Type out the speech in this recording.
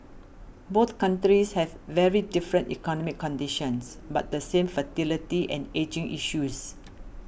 both countries have very different economic conditions but the same fertility and ageing issues